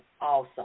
awesome